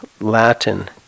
Latin